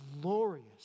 glorious